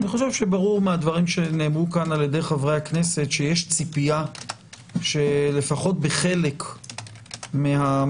ברור מהדברים שנאמרו פה על-ידי חברי הכנסת שיש ציפייה שלפחות בחלק מהמצבים